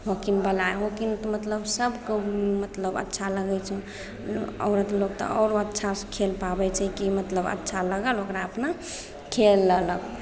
हॉकीवला हॉकीमे तऽ मतलब सभकेँ मतलब अच्छा लगै छै औरत लोक तऽ आओरो अच्छासँ खेल पाबै छै कि मतलब अच्छा लागल ओकरा अपना खेल लेलक